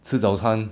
吃早餐